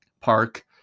Park